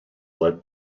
led